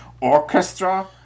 orchestra